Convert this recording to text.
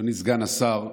אדוני סגן השר,